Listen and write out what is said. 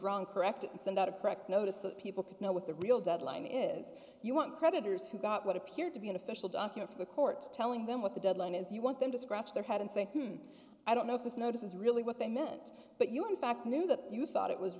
wrong correct and send out a correct notice so that people could know what the real deadline is you want creditors who got what appeared to be an official document of the courts telling them what the deadline is you want them to scratch their head and say i don't know if this notice is really what they meant but you in fact knew that you thought it was